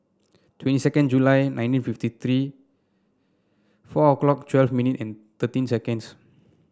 twenty second July nineteen fifty three four o'clock twelve minute and thirteen seconds